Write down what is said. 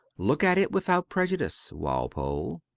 look at it without prejudice, walpole.